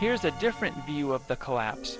here's a different view of the collapse